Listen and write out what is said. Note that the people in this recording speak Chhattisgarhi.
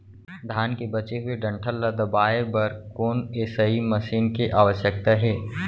धान के बचे हुए डंठल ल दबाये बर कोन एसई मशीन के आवश्यकता हे?